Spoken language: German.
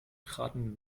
traten